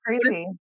crazy